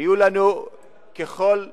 יהיו לנו ככל שיידרש.